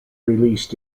released